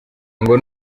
ngo